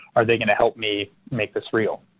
are they going to help me make this real?